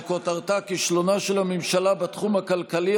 שכותרתה: כישלונה של הממשלה בתחום הכלכלי,